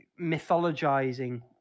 mythologizing